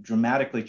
dramatically